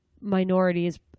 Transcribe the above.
minorities